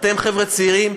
אתם חבר'ה צעירים,